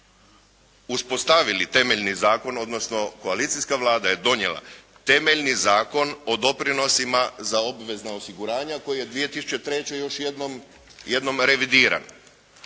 uspostavili temeljni zakon, odnosno koalicijska Vlada je donijela temeljni Zakon o doprinosima za obvezna osiguranja koji je 2003. još jednom revidiran.